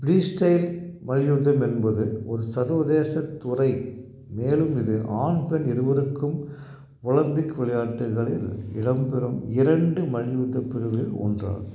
freestyle மல்யுத்தம் என்பது ஒரு சர்வதேச துறை மேலும் இது ஆண் பெண் இருவருக்கும் ஒலிம்பிக் விளையாட்டுகளில் இடம்பெறும் இரண்டு மல்யுத்த பிரிவுகளில் ஒன்றாகும்